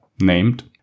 named